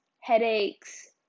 headaches